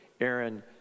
Aaron